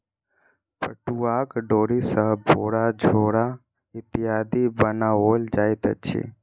पटुआक डोरी सॅ बोरा झोरा इत्यादि बनाओल जाइत अछि